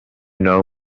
know